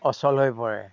অচল হৈ পৰে